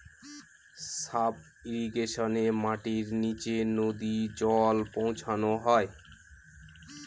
sub ইর্রিগেশনে মাটির নীচে নদী জল পৌঁছানো হয়